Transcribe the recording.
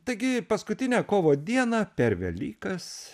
taigi paskutinę kovo dieną per velykas